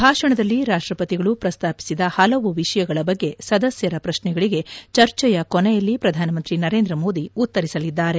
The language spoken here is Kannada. ಭಾಷಣದಲ್ಲಿ ರಾಷ್ಟಪತಿಗಳು ಪ್ರಸ್ತಾಪಿಸಿದ ಹಲವು ವಿಷಯಗಳ ಬಗ್ಗೆ ಸದಸ್ಯರ ಪ್ರಶ್ನೆಗಳಿಗೆ ಚರ್ಚೆಯ ಕೊನೆಯಲ್ಲಿ ಪ್ರಧಾನಮಂತ್ರಿ ನರೇಂದ್ರ ಮೋದಿ ಉತ್ತರಿಸಲಿದ್ದಾರೆ